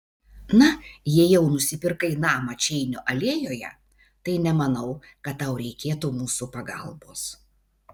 na jei jau nusipirkai namą čeinio alėjoje tai nemanau kad tau reikėtų mūsų pagalbos